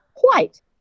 white